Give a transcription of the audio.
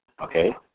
Okay